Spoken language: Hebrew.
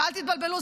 ואל תתבלבלו,